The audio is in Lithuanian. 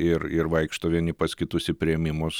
ir ir vaikšto vieni pas kitus į priėmimus